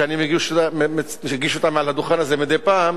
שאני מגיש אותה מעל הדוכן הזה מדי פעם,